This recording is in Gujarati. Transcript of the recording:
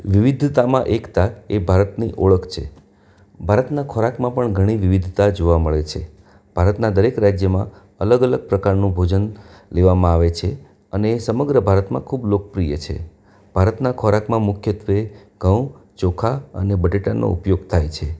વિવિધતામાં એકતા એ ભારતની ઓળખ છે ભારતના ખોરાકમાં પણ ઘણી વિવિધતા જોવા છે ભારતના દરેક રાજ્યમાં અલગ અલગ પ્રકારનું ભોજન લેવામાં આવે છે અને એ સમગ્ર ભારતમાં ખૂબ લોકપ્રિય છે ભારતના ખોરાકમાં મુખ્યત્વે ઘઉં ચોખા અને બટેટાનો ઉપયોગ થાય છે